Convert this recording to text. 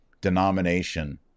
denomination